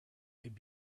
could